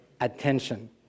attention